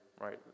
right